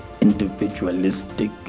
individualistic